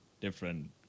different